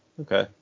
Okay